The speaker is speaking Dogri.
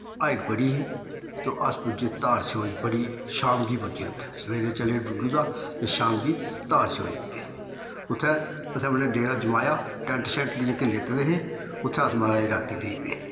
हाइट बड़ी ही ते अस पुज्जे धार स्योज बड़ी शाम गी पुज्जे उत्थें सवेरे चले डुड्डू दा ते शाम गी धार स्योज पुज्जे उत्थें असें अपना डेरा जमाया टैंट शैट जेह्के लेते दे हे उत्थें अस महाराज रातीं रेही पे